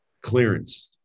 clearance